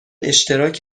اشتراک